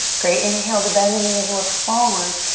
great, inhale to bend the knees. look forward.